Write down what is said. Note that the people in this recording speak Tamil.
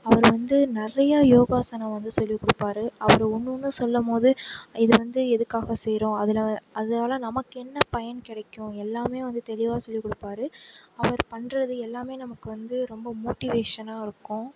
அவர் வந்து நிறையா யோகாசனம் வந்து சொல்லிக்கொடுப்பாரு அவர் ஒன்று ஒன்றும் சொல்லும்போது இது வந்து எதுக்காக செய்கிறோம் அதில் அதனால நமக்கு என்ன பயன் கிடைக்கும் எல்லாமே வந்து தெளிவாக சொல்லிக்கொடுப்பாரு அவர் பண்றது எல்லாமே நமக்கு வந்து ரொம்ப மோட்டிவேஷனாக இருக்கும்